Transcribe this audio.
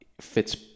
fits